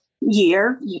year